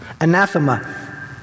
Anathema